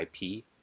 IP